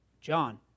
John